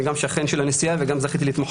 אני גם שכן של הנשיאה וגם זכיתי להתמחות